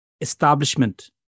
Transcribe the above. establishment